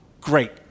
Great